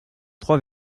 trois